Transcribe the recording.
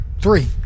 three